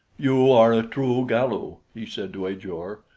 you are a true galu, he said to ajor,